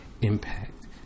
impact